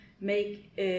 make